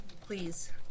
Please